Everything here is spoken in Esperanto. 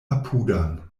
apudan